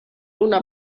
una